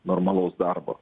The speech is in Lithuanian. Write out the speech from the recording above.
normalaus darbo